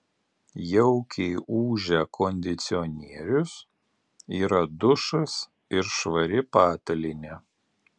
jaukiai ūžia kondicionierius yra dušas ir švari patalynė